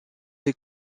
les